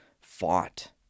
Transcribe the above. fought